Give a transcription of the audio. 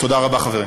תודה רבה, חברים.